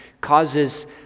causes